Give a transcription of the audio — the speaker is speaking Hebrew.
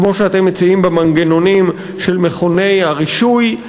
כמו שאתם מציעים במנגנונים של מכוני הרישוי.